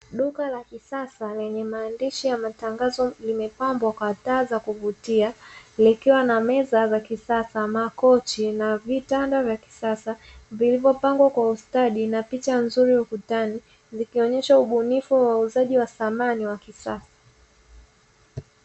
Duka la kisasa lenye maandishi ya matangazo limepambwa kwa taa za kuvutia likiwa na meza za kisasa, makochi na vitanda vya kisasa. Vilivopangwa kwa ustadi na picha nzuri ukutani zikionyesha ubunifu na uuzaji wa samani wa kisasa.